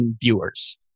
viewers